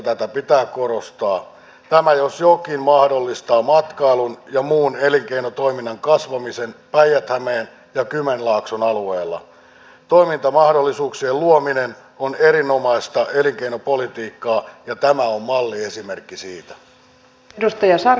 eli tämä on minun mielestäni tärkein punainen lanka josta on tässä koko ajan pidettävä kiinni mutta se tarkoittaa sitä että näistä julkisista palveluista pitää pitää myös huolta